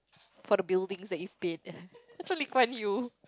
for the buildings that you've bid that's Lee-Kuan-Yew